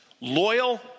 loyal